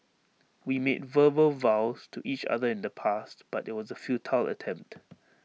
we made verbal vows to each other in the past but IT was A futile attempt